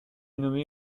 nommé